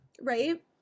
Right